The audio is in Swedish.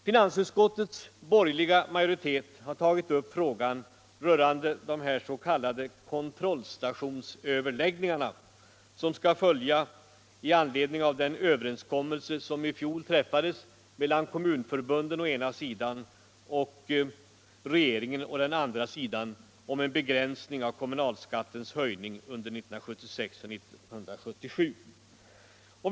Finansutskottets borgerliga majoritet har tagit upp frågan rörande de s.k. kontrollstationsöverläggningarna, som skall följa i anledning av den överenskommelse som i fjol träffades mellan kommunförbunden å ena sidan och regeringen å den andra sidan om en begränsning av kommunalskattens höjning under 1976 och 1977.